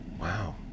Wow